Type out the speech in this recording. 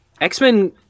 X-Men